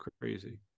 crazy